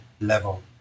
level